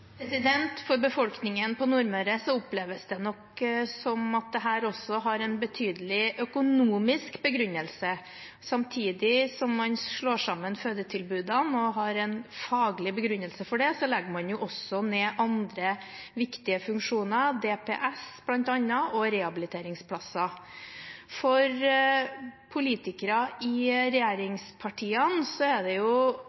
For befolkningen på Nordmøre oppleves det nok som at dette også har en betydelig økonomisk begrunnelse. Samtidig som man slår sammen fødetilbudene og har en faglig begrunnelse for det, legger man ned andre viktige funksjoner, bl.a. DPS og rehabiliteringsplasser. Fra politikere i